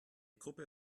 gruppe